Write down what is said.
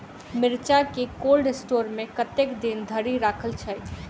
मिर्चा केँ cold store मे कतेक दिन धरि राखल छैय?